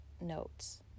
notes